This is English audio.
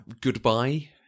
goodbye-